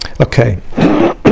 Okay